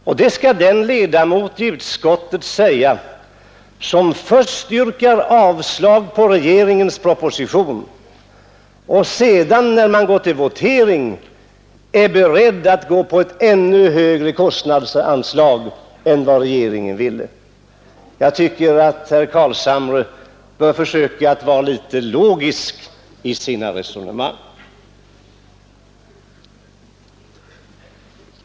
Och det skall den ledamot i utskottet säga, som först yrkar avslag på regeringens proposition och sedan, när man går till votering, är beredd att biträda ett ännu högre kostnadsanslag än det som regeringen ville ha. Jag tycker att herr Carlshamre bör försöka vara litet logisk i sina resonemang.